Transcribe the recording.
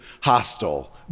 hostile